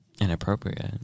inappropriate